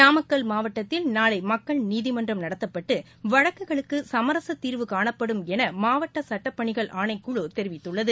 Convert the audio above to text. நாமக்கல் மாவட்டத்தில் நாளை மக்கள் நீதிமன்றம் நடத்தப்பட்டு வழக்குகளுக்கு சமரச தீர்வு காணப்படும் என மாவட்ட சட்டப்பணிகள் ஆணைக்குழு தெரிவித்துள்ளது